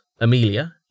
Amelia